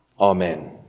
Amen